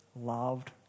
loved